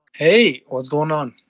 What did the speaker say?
hey. what's going on?